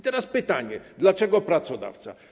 Teraz pytanie: Dlaczego pracodawca?